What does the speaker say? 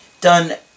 done